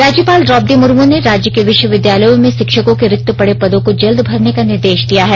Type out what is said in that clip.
राज्यपाल द्रोपदी मुर्मू ने राज्य के विश्वविद्यालयों में शिक्षकों के रिक्त पड़े पदों को जल्द भरने का निर्देश दिया है